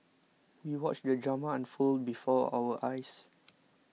we watched the drama unfold before our eyes